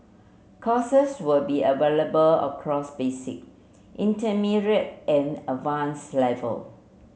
courses will be available across basic and advanced level